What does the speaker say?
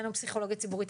אין לנו פסיכולוגיה ציבורית,